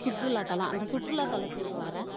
சுற்றுலாத்தலம் அந்த சுற்றுலாத்தலத்திற்கு வர